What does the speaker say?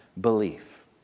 belief